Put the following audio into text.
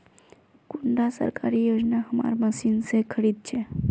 कुंडा सरकारी योजना हमार मशीन से खरीद छै?